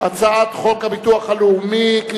הצעת חוק הביטוח הלאומי (תיקון מס' 136),